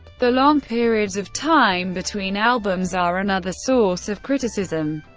the long periods of time between albums are another source of criticism.